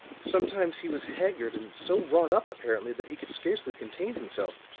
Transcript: sometimes he was haggard and so wrought up, apparently, that he could scarcely contain himself.